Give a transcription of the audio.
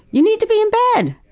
you need to be in bed.